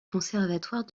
conservatoire